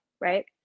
right